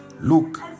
Look